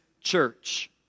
church